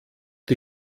die